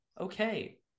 okay